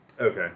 Okay